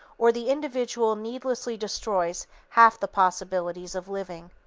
or the individual needlessly destroys half the possibilities of living.